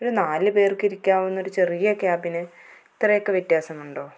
ഒരു നാലു പേർക്ക് ഇരിക്കാവുന്ന ഒരു ചെറിയ ക്യാബിന് ഇത്രയൊക്കെ വ്യത്യാസമുണ്ടോ